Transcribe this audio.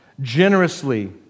generously